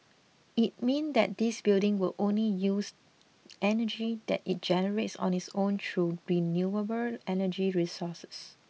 it mean that this building will only use energy that it generates on its own through renewable energy sources